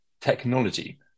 technology